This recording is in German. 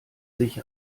sich